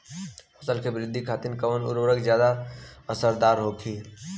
फसल के वृद्धि खातिन कवन उर्वरक ज्यादा असरदार होखि?